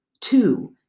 two